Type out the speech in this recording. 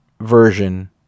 version